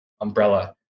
umbrella